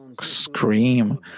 scream